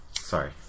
Sorry